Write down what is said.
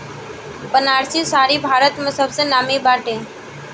बनारसी साड़ी भारत में सबसे नामी बाटे